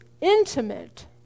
intimate